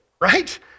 right